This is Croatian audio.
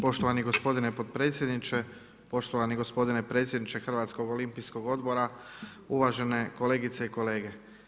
Poštovani gospodine potpredsjedniče, poštovani gospodine predsjedniče HOO-a, uvažene kolegice i kolege.